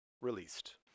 released